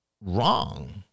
wrong